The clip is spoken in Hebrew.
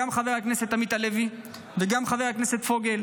גם חבר הכנסת עמית הלוי וגם חבר הכנסת פוגל,